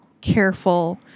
Careful